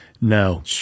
No